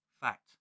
Fact